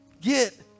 get